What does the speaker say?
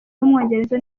w’umwongereza